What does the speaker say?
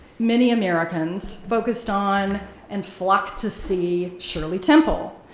many americans focused on and flocked to see shirley temple,